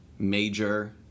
major